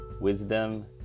wisdom